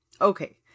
Okay